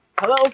Hello